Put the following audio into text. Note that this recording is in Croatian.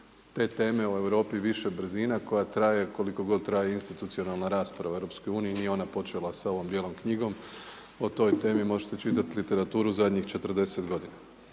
te teme o Europi više brzina koja traje koliko god traje institucionalna rasprava u Europskoj uniji. Nije ona počela sa ovom Bijelom knjigom. O toj temi možete čitati literaturu zadnjih 40 godina.